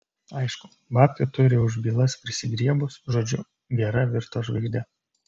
aišku babkių turi už bylas prisigriebus žodžiu gera virto žvaigžde